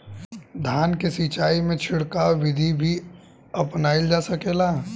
धान के सिचाई में छिड़काव बिधि भी अपनाइल जा सकेला?